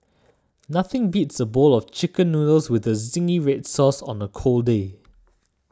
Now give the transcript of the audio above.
nothing beats a bowl of Chicken Noodles with Zingy Red Sauce on a cold day